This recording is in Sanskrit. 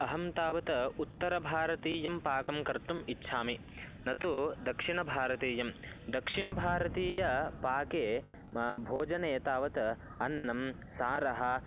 अहं तावत् उत्तरभारतीयं पाकं कर्तुम् इच्छामि न तु दक्षिणभारतीयं दक्षिणभारतीयपाके म भोजने तावत् अन्नं सारः